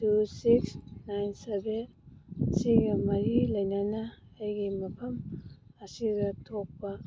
two six nine seven ꯁꯤꯒ ꯃꯔꯤ ꯂꯩꯅꯅ ꯑꯩꯒꯤ ꯃꯐꯝ ꯑꯁꯤꯗ ꯊꯣꯛꯄ